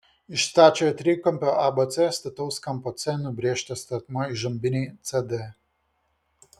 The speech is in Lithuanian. iš stačiojo trikampio abc stataus kampo c nubrėžtas statmuo įžambinei cd